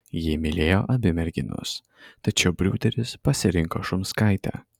jį mylėjo abi merginos tačiau briūderis pasirinko šumskaitę